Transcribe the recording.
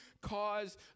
cause